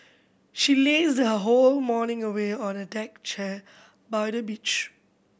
she lazed her whole morning away on a deck chair by the beach